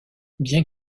bien